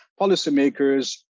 policymakers